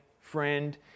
friend